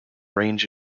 range